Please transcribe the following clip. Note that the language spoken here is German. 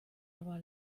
aber